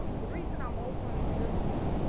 the reason i'm open, just.